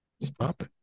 stop